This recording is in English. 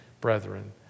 brethren